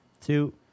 two